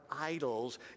idols